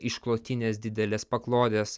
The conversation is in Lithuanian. išklotinės didelės paklodės